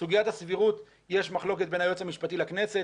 בסוגיית הסבירות יש מחלוקת בין היועץ המשפטי לכנסת,